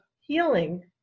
healing